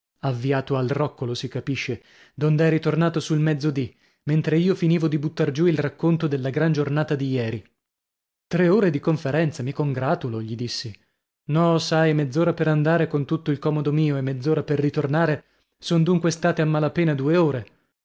avviato al roccolo si capisce dond'è ritornato sul mezzodì mentre io finivo di buttar giù il racconto della gran giornata di ieri tre ore di conferenza mi congratulo gli dissi no sai mezz'ora per andare con tutto il comodo mio e mezz'ora per ritornare son dunque state a mala pena due ore